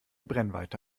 brennweite